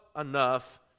enough